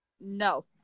No